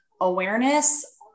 awareness